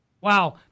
Wow